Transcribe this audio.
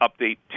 update